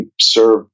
serve